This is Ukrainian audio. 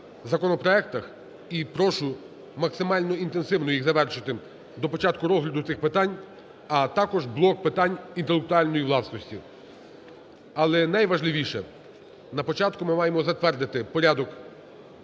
законопроектах і прошу максимально інтенсивно їх завершити до початку розгляду цих питань. А також блок питань інтелектуальної власності. Але найважливіше, на початку ми маємо затвердити порядок